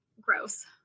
gross